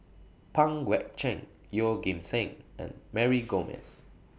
Pang Guek Cheng Yeoh Ghim Seng and Mary Gomes